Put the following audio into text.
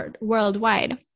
worldwide